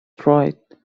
tried